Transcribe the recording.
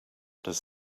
does